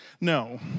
No